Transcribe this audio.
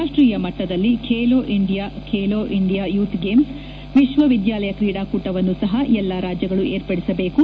ರಾಷ್ಟೀಯ ಮಟ್ಟದಲ್ಲಿ Khelo India Khelo India youth games ವಿಶ್ವವಿದ್ಯಾಲಯ ಕ್ರೀಡಾಕೂಟಗಳನ್ನೂ ಸಹ ಎಲ್ಲಾ ರಾಜ್ಯಗಳು ಏರ್ಪಡಿಸಬೇಕು